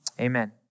amen